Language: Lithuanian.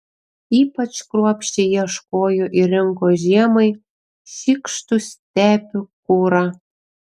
ypač kruopščiai ieškojo ir rinko žiemai šykštų stepių kurą